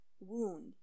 wound